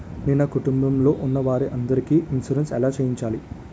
నేను నా కుటుంబం లొ ఉన్న వారి అందరికి ఇన్సురెన్స్ ఎలా చేయించాలి?